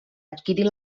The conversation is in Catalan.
adquirir